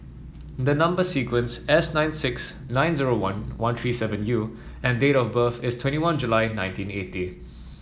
the number sequence S nine six nine zero one three seven U and date of birth is twenty one July nineteen eighty